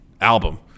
album